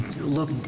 look